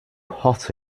hot